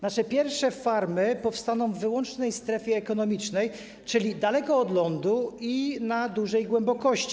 Nasze pierwsze farmy powstaną w wyłącznej strefie ekonomicznej, czyli daleko od lądu i na dużej głębokości.